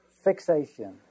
fixation